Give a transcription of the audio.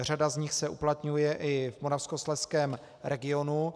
Řada z nich se uplatňuje i v Moravskoslezském regionu.